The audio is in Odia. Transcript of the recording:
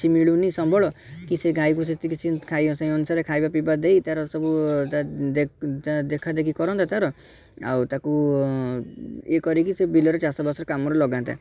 କିଛି ମିଳୁନି ସମ୍ବଳ କିଛି ଗାଈକୁ ସେତିକି ସିଏ ଖାଇବା ସେଇ ଅନୁସାରେ ଖାଇବା ପିଇବା ଦେଇ ତା'ର ସବୁ ତା'ର ଦେଖ ତା'ର ଦେଖା ଦେଖି କରନ୍ତା ତା'ର ଆଉ ତାକୁ ଇଏ କରିକି ସେ ବିଲରେ ଚାଷବାସ କାମରେ ଲଗାନ୍ତା